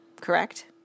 correct